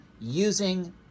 using